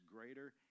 greater